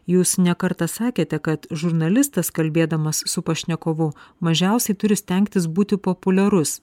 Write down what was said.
jūs ne kartą sakėte kad žurnalistas kalbėdamas su pašnekovu mažiausiai turi stengtis būti populiarus